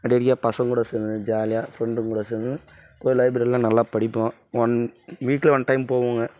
ரெடேரியா பசங்கூட சேர்ந்துனு ஜாலியாக ஃப்ரெண்டுங்கூட சேர்ந்துனு போய் லைப்ரெரியில நல்லா படிப்போம் ஒன் வீக்கில் ஒன் டைம் போவோம்ங்க